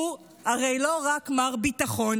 הוא הרי לא רק מר ביטחון.